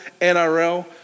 NRL